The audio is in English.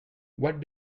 what